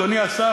אדוני השר,